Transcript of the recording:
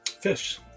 Fish